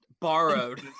Borrowed